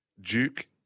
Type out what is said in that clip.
Duke